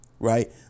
Right